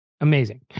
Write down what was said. Amazing